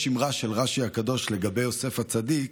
יש אמרה של רש"י הקדוש לגבי יוסף הצדיק,